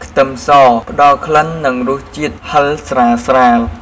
ខ្ទឹមស ផ្តល់ក្លិន និងរសជាតិហឹរស្រាលៗ។